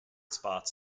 spots